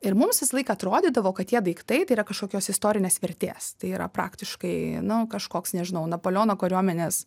ir mums visąlaik atrodydavo kad tie daiktai tai yra kažkokios istorinės vertės tai yra praktiškai nu kažkoks nežinau napoleono kariuomenės